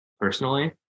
personally